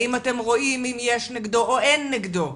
האם אתם רואים אם יש נגדו או אין נגדו,